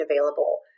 available